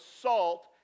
assault